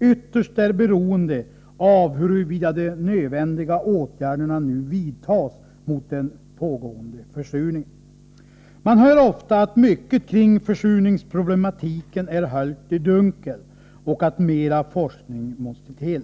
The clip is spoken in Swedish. ytterst är beroende av huruvida de nödvändiga åtgärderna nu vidtas mot den pågående försurningen. Man hör ofta att mycket kring försurningsproblematiken är höljt i dunkel och att mera forskning måste till.